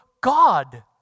God